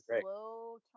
slow